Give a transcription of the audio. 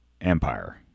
empire